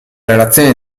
relazione